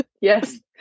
Yes